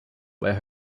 where